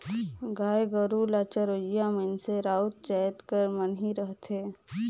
गाय गरू ल चरोइया मइनसे राउत जाएत कर मन ही रहथें